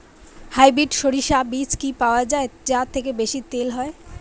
Hybrid শরিষা বীজ কি পাওয়া য়ায় যা থেকে বেশি তেল হয়?